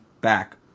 back